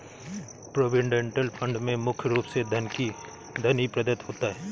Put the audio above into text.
provident fund में मुख्य रूप से धन ही प्रदत्त होता है